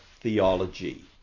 theology